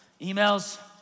emails